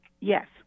Yes